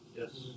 Yes